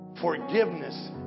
Forgiveness